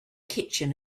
kitchen